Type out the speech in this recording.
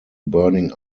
burning